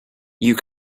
you